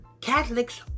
Catholics